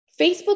Facebook